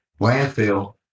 landfill